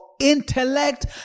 intellect